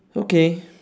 okay